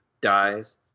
Dies